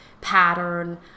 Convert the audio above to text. pattern